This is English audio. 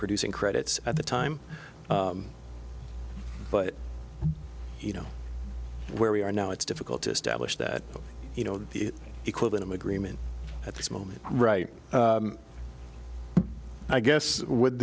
producing credits at the time but you know where we are now it's difficult to establish that you know the equipment in a green in at this moment right i guess with